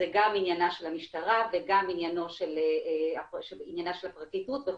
זה גם עניינה של המשטרה וגם עניינה של הפרקליטות וכולי.